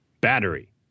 battery